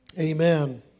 amen